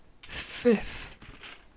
fifth